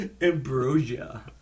Ambrosia